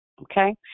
Okay